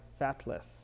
fatless